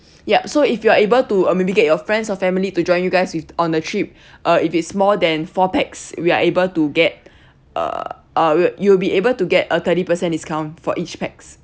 yup so if you are able to uh maybe get your friends or family to join you guys with on the trip uh if it's more than four packs we are able to get uh uh you will be able to get a thirty percent discount for each packs